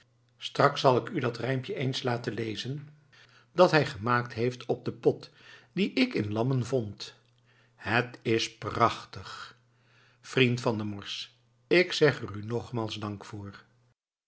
straks zal ik u dat rijmpje eens laten lezen dat hij gemaakt heeft op den pot dien ik in lammen vond het is prachtig vriend van der morsch ik zeg er u nogmaals dank voor